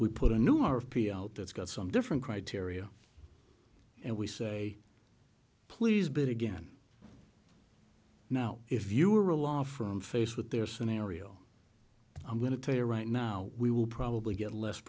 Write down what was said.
we put a new r p i out that's got some different criteria and we say please but again now if you were a law from face with their scenario i'm going to tell you right now we will probably get less